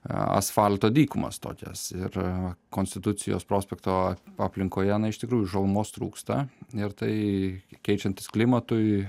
asfalto dykumas tokias ir konstitucijos prospekto aplinkoje na iš tikrųjų žalumos trūksta ir tai keičiantis klimatui